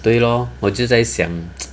对 lor 我就在想